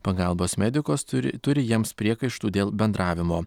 pagalbos medikus turi turi jiems priekaištų dėl bendravimo